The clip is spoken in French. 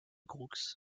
groulx